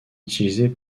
utilisée